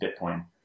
Bitcoin